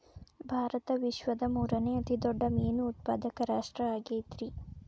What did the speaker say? ಭಾರತ ವಿಶ್ವದ ಮೂರನೇ ಅತಿ ದೊಡ್ಡ ಮೇನು ಉತ್ಪಾದಕ ರಾಷ್ಟ್ರ ಆಗೈತ್ರಿ